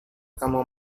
kamu